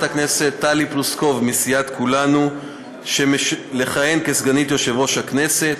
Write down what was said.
הכנסת טלי פלוסקוב מסיעת כולנו לכהן כסגנית יושב-ראש הכנסת.